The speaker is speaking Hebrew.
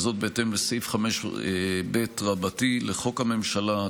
בהתאם לסעיף 5ב לחוק הממשלה,